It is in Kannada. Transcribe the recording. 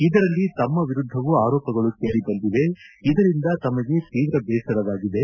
ಇದರಲ್ಲಿ ತಮ್ಮ ವಿರುದ್ಧವೂ ಆರೋಪಗಳು ಕೇಳಿ ಬಂದಿವೆ ಇದರಿಂದ ತಮಗೆ ತೀವ್ರ ದೇಸರವಾಗಿದೆ